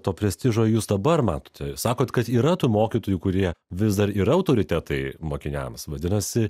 to prestižo jūs dabar matote sakote kad yra tų mokytojų kurie vis dar yra autoritetai mokiniams vadinasi